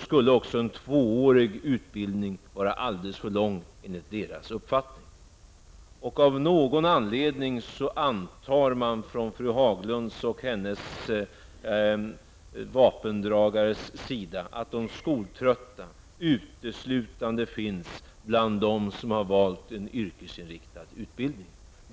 skulle också en tvåårig utbildning vara alldeles för lång, enligt deras uppfattning. Av någon anledning antar fru Haglund och hennes vapendragare att de skoltrötta uteslutande finns bland dem som har valt en yrkesinriktad utbildning.